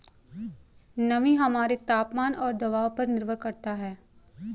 नमी हमारे तापमान और दबाव पर निर्भर करता है